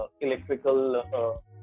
electrical